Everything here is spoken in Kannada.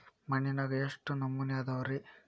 ಮಣ್ಣಿನಾಗ ಎಷ್ಟು ನಮೂನೆ ಅದಾವ ರಿ?